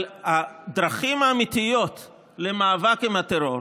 אבל הדרכים האמיתיות למאבק בטרור,